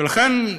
ולכן,